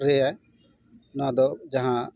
ᱨᱮ ᱱᱚᱣᱟ ᱫᱚ ᱡᱟᱦᱟᱸ